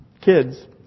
kids